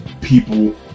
people